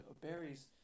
berries